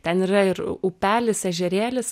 ten yra ir upelis ežerėlis